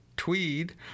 Tweed